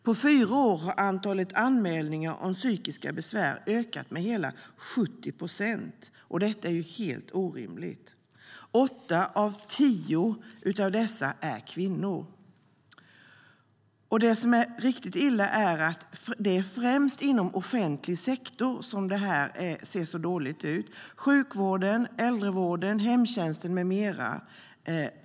På fyra år har antalet anmälningar om psykiska besvär ökat med hela 70 procent. Det är helt orimligt. Åtta av tio drabbade är kvinnor. Det är främst inom offentlig sektor det är så här illa, alltså inom sjukvården, äldrevården, hemtjänsten med mera.